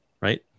Right